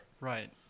Right